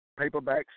Paperbacks